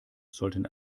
sollten